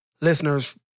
listeners